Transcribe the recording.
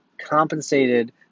compensated